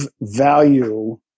value